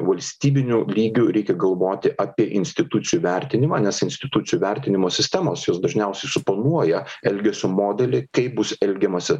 valstybiniu lygiu reikia galvoti apie institucijų vertinimą nes institucijų vertinimo sistemos jos dažniausiai suponuoja elgesio modelį kaip bus elgiamasi